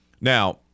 Now